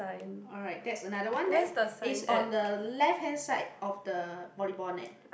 alright that's another one then is on the left hand side of the volleyball net